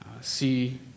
see